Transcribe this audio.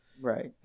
Right